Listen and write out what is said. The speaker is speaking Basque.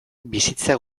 bizitza